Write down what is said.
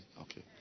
Okay